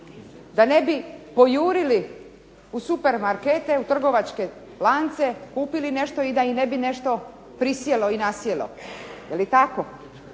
da ne pojurili u supermarkete, u trgovačke lance, kupili nešto i da im ne bi nešto prisjelo i nasjelo. Je li tako?